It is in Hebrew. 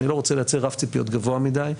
אני לא רוצה לייצר רף ציפיות גבוה מדי.